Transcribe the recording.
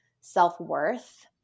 self-worth